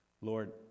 Lord